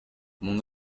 mon